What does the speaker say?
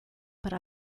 para